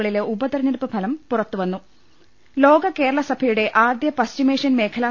കളിലെ ഉപതെരഞ്ഞെടുപ്പ് ഫലം പുറത്തുവന്നു ലോക കേരള സഭയുടെ ആദൃ പശ്ചിമേഷ്യൻ മേഖലാ